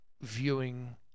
Viewing